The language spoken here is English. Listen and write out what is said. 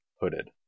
hooded